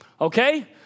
Okay